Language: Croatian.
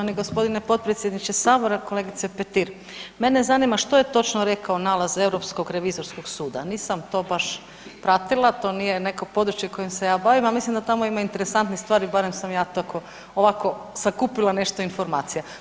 Poštovani gospodine potpredsjedniče sabora, kolegice Petir, mene zanima što je točno rekao nalaz Europskog revizorskog suda, nisam to baš pratila, to nije neko područje kojim se ja bavim, a mislim da tamo ima interesantnih stvari barem sam ja tako, ovako sakupila nešto informacija.